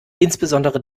insbesondere